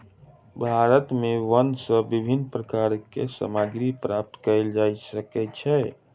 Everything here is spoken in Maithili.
भारत में वन सॅ विभिन्न प्रकारक सामग्री प्राप्त कयल जा सकै छै